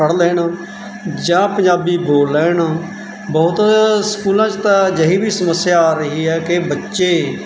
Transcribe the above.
ਪੜ੍ਹ ਲੈਣ ਜਾਂ ਪੰਜਾਬੀ ਬੋਲ ਲੈਣ ਬਹੁਤ ਸਕੂਲਾਂ 'ਚ ਤਾਂ ਅਜਿਹੀ ਵੀ ਸਮੱਸਿਆ ਆ ਰਹੀ ਹੈ ਕਿ ਬੱਚੇ